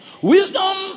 Wisdom